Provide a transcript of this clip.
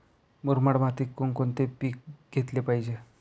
मुरमाड मातीत कोणकोणते पीक घेतले पाहिजे?